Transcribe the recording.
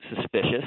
suspicious